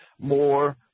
more